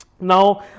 Now